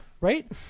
right